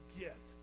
get